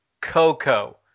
Coco